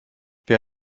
wer